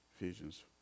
Ephesians